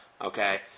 Okay